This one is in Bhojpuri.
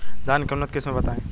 धान के उन्नत किस्म बताई?